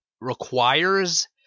requires